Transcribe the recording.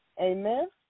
Amen